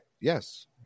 Yes